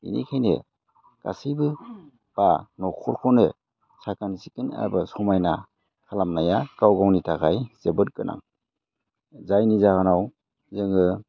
बेनिखायनो गासैबो बा न'खरखौनो साखोन सिखोन एबा समायना खालामनाया गाव गावनि थाखाय जोबोद गोनां जायनि जाहोनाव जोङो